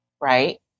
right